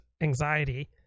anxiety